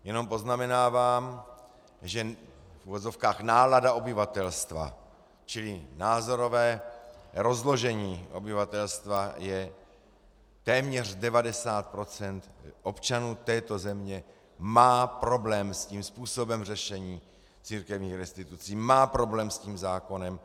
Jenom poznamenávám, že v uvozovkách nálada obyvatelstva, čili názorové rozložení obyvatelstva, je, že téměř 90 % občanů této země má problém s tím způsobem řešení církevních restitucí, má problém s tím zákonem.